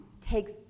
takes